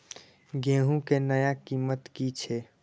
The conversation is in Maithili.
गेहूं के नया कीमत की छे?